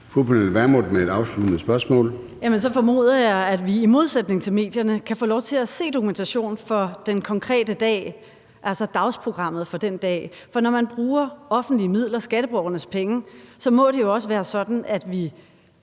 Pernille Vermund (LA): Jamen så formoder jeg, at vi i modsætning til medierne kan få lov til at se dokumentationen for den konkrete dag, altså dagsprogrammet for den dag. For når man bruger offentlige midler, altså skatteborgernes penge, må det jo også være sådan, at vi